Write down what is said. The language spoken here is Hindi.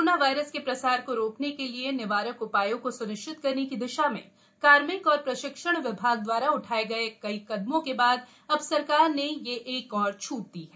कारोना वायरस के प्रसार को रोकने के लिए निवारक उप्रायों को सुनिश्चित करने की दिशा में कार्मिक और प्रशिक्षण विभाग दवारा उठाए गए कई कदमों के बाद अब सरकार ने यह एक और छूट दी है